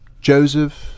Joseph